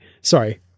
Sorry